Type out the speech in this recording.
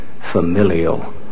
familial